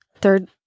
third